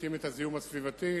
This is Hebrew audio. מפחיתים את הזיהום הסביבתי